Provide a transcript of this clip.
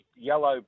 yellow